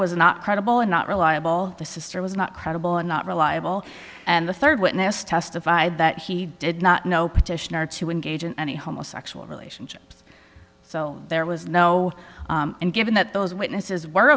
was not credible and not reliable the sister was not credible and not reliable and the third witness testified that he did not know petitioner to engage in any homosexual relationship so there was no and given that those witnesses were